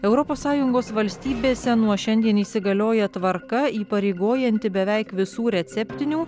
europos sąjungos valstybėse nuo šiandien įsigalioja tvarka įpareigojanti beveik visų receptinių